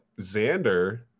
Xander